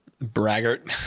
braggart